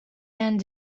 end